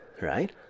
right